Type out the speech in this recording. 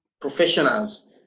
professionals